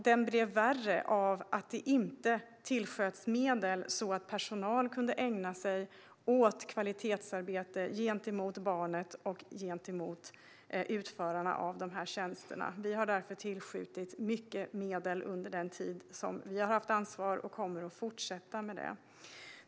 Den blev värre av att det inte tillsköts medel så att personal kunde ägna sig åt kvalitetsarbete gentemot barnet och gentemot utförarna av dessa tjänster. Vi har därför tillskjutit mycket medel under den tid som vi har haft ansvar, och vi kommer att fortsätta med detta.